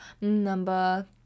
number